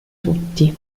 tutti